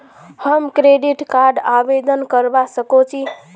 हम credit card आवेदन करवा संकोची?